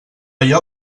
allò